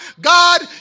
God